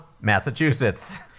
Massachusetts